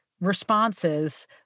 responses